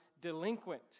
delinquent